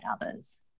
others